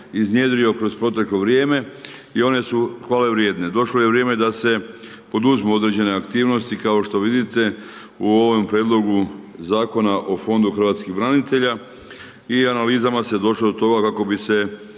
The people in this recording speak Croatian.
iznjedrio kroz proteklo vrijeme i one su hvale vrijedne. Došlo je vrijeme da se poduzmu određene aktivnosti. Kao što vidite u ovom prijedlogu Zakona o Fondu hrvatskih branitelja i analizama se došlo do toga kako bi se